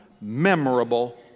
memorable